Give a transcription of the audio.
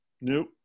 Nope